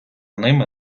ними